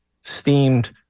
steamed